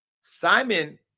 Simon